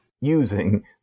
using